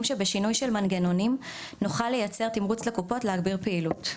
שבשינוי של מנגנונים נוכל לייצר תמרוץ לקופות להגביר פעילות.